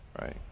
Right